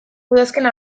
udazkena